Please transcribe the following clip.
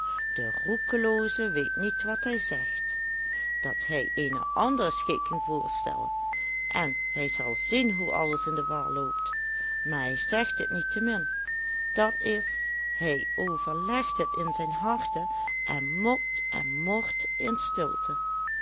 de roekelooze weet niet wat hij zegt dat hij eene andere schikking voorstelle en hij zal zien hoe alles in de war loopt maar hij zegt het niettemin dat is hij overlegt het in zijn harte en mokt en mort in stilte